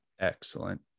Excellent